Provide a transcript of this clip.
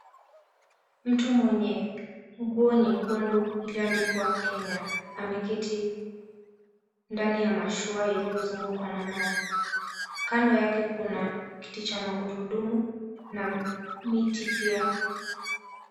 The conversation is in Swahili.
Mtu mwenye nguo nyekundu iliyoandikwa Kenya, ameketi ndani ya mashua iliyozungukwa na maji. Kando yake kuna kiti cha magurudumu, na miti pia.